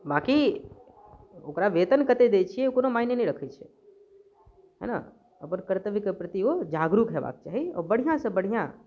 बाँकी ओकरा वेतन कतेक दैत छियै ओ कोनो मायने नहि रखैत छै है न अपना कर्तव्यके प्रति ओ जागरूक हेबाक चाही आ बढ़िआँसँ बढ़िआँ